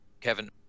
Kevin